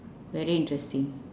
very interesting